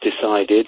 decided